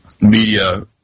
media